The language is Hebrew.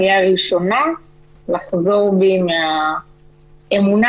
אני אהיה הראשונה לחזור בי מהאמונה